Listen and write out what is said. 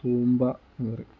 തൂമ്പ എന്നു പറയും